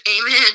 Amen